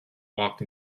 walked